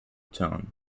tone